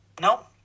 No